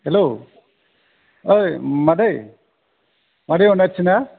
हेल' ओइ मादै मादै अनाथि ना